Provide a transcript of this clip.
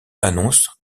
annonce